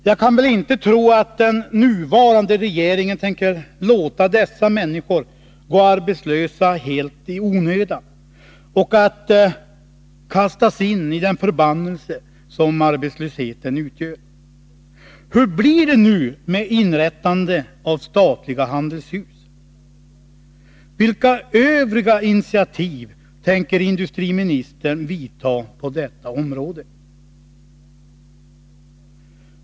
Jag kan väl inte tro att den nuvarande regeringen tänker låta dessa människor gå arbetslösa helt i onödan och kastas in i den förbannelse som arbetslösheten utgör. Hur blir det nu med inrättande av statliga handelshus? Vilka övriga initiativ tänker industriministern vidta på detta område?